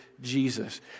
Jesus